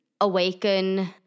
Awaken